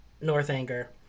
Northanger